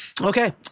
Okay